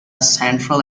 central